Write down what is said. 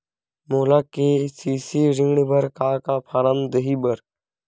मोला के.सी.सी ऋण बर का का फारम दही बर?